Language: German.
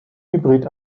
hybrid